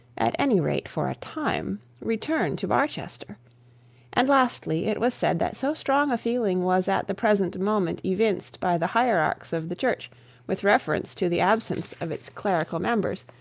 at any rate for a time, return to barchester and lastly, it was said that so strong a feeling was at the present moment evinced by the hierarchs of the church with reference to the absence of its clerical members,